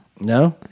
no